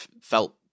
felt